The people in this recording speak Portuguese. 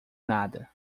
nada